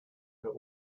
der